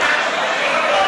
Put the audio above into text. לא,